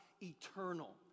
eternal